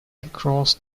across